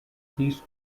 heat